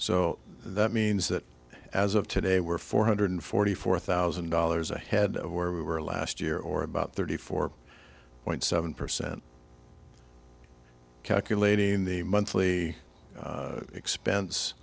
so that means that as of today we're four hundred forty four thousand dollars ahead of where we were last year or about thirty four point seven percent calculating the monthly expense